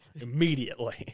Immediately